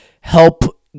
help